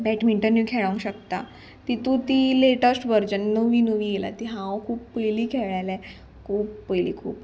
बॅटमिंटनूय खेळोंक शकता तितू ती लेटस्ट वर्जन नवी नवी येयला ती हांव खूब पयली खेळालें खूब पयलीं खूब